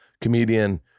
comedian